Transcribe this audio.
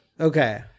Okay